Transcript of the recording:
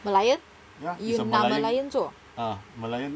merlion you 拿 merlion 做